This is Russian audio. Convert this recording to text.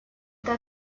это